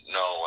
no